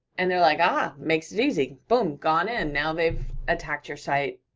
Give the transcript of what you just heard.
and they're like, ah, makes it easy, boom, gone in, now they've attacked your site.